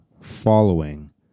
following